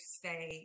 stay